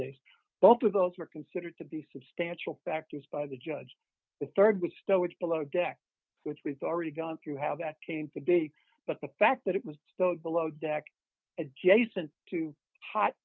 days both of those were considered to be substantial factors by the judge the rd was still which below deck which we've already gone through how that came to gig but the fact that it was still below deck adjacent to hot